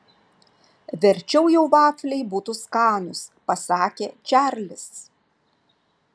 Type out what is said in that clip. verčiau jau vafliai būtų skanūs pasakė čarlis